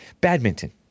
Badminton